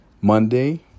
Monday